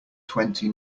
twenty